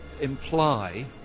imply